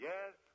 Yes